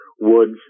woods